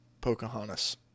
Pocahontas